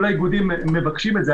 כל האיגודים מבקשים את זה.